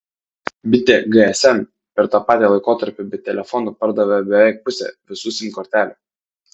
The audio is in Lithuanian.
bitė gsm per tą patį laikotarpį be telefonų pardavė beveik pusę visų sim kortelių